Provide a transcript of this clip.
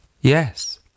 Yes